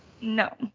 No